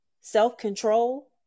Self-control